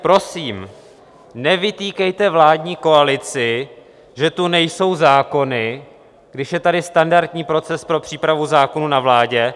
Prosím, nevytýkejte vládní koalici, že tu nejsou zákony, když je tady standardní proces pro přípravu zákonů na vládě.